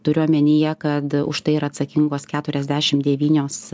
turiu omenyje kad už tai yra atsakingos keturiasdešim devynios